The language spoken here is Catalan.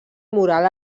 moral